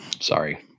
Sorry